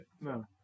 No